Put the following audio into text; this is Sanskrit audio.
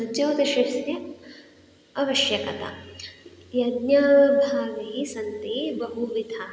ज्योतिषस्य अवश्यकता यज्ञभावी सन्ति बहुविधाः